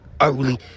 early